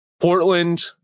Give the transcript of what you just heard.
Portland